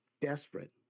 desperate